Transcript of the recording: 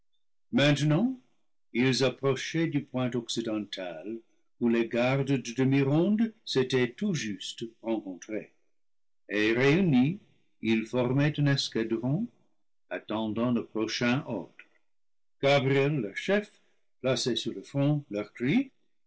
maintenant ils approchaient du point occidental où les gardes de demi ronde s'étaient tout juste rencontrés et réunis ils formaient un escadron attendant le prochain ordre gabriel leur chef placé sur le front leur